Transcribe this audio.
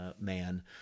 man